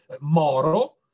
Moro